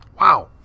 wow